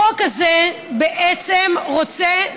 החוק הזה בעצם רוצה,